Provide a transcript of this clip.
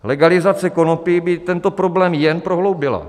Legalizace konopí by tento problém jen prohloubila.